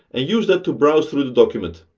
and use that to browse through the document.